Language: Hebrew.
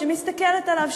שמסתכלת עליו,